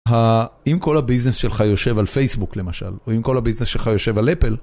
אם כל הביזנס שלך יושב על פייסבוק למשל, או אם כל הביזנס שלך יושב על אפל,